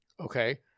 Okay